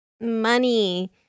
money